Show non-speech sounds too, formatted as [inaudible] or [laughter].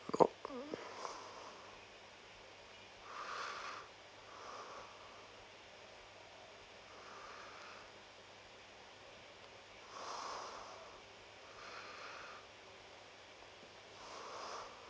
[noise]